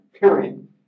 period